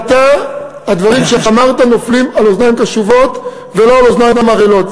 הדברים שאמרת נופלים על אוזניים קשובות ולא על אוזניים ערלות.